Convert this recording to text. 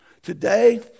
Today